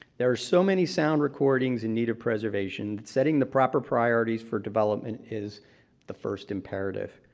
there are so many sound recordings in need of preservation. setting the proper priorities for development is the first imperative.